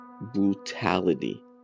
brutality